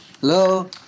Hello